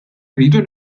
rridu